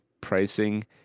pricing